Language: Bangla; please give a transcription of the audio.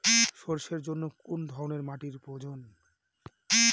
সরষের জন্য কোন ধরনের মাটির প্রয়োজন?